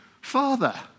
father